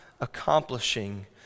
accomplishing